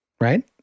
right